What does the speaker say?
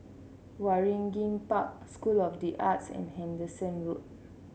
Waringin Park School of the Arts and Hendon Road